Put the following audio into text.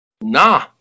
nah